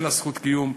אין לה זכות קיום.